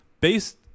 based